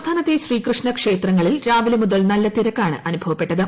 സംസ്ഥാനത്തെ ശ്രീകൃഷ്ണ ക്ഷേത്രങ്ങളിൽ രാവിലെ മുതൽ നല്ല തിരക്കാണ് അനുഭവപ്പെട്ടത്